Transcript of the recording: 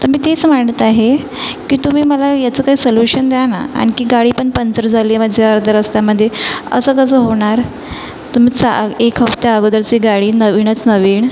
तर मी तेच म्हणत आहे की तुम्ही मला याचं काय सोल्युशन द्या ना आणखी गाडीपण पंचर झाली आहे माझी अर्ध्या रस्त्यामध्ये असं कसं होणार तुम्ही चा एक हफ्त्या आगोदरसी गाडी नवीनच नवीन